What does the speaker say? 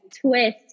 twist